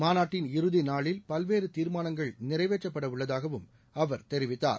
மாநாட்டின் இறுதி நாளில் பல்வேறு தீர்மானங்கள் நிறைவேற்றப்பட உள்ளதாகவும் அவர் தெரிவித்தார்